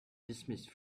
dismissed